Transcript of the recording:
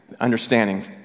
understanding